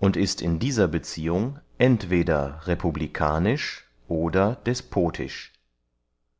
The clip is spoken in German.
und ist in dieser beziehung entweder republikanisch oder despotisch